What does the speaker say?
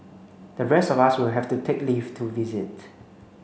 the rest of us will have to take leave to visit